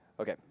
Okay